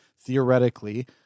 theoretically